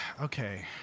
Okay